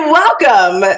welcome